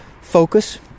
focus